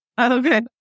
Okay